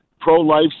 pro-life